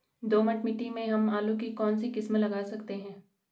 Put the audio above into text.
दोमट मिट्टी में हम आलू की कौन सी किस्म लगा सकते हैं?